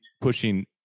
pushing